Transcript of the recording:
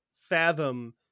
fathom